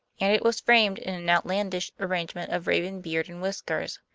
and it was framed in an outlandish arrangement of raven beard and whiskers,